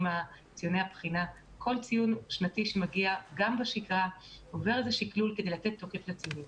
ציון שמגיע גם בשגרה עובר שקלול כדי לתת תוקף לציונים.